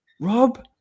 Rob